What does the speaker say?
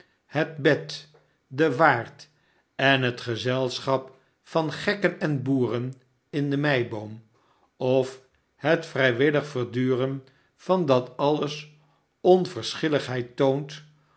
het bed de waard en het gezelschap van gekken en boeren in de meiboom of het vrijwillig verduren van dat alles onverschilligheid toont